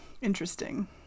Interesting